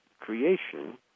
creation